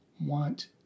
want